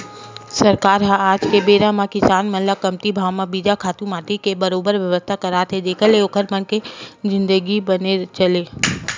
सरकार ह आज के बेरा म किसान मन ल कमती भाव म बीजा, खातू माटी के बरोबर बेवस्था करात हे जेखर ले ओखर मन के जिनगी बने चलय